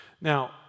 Now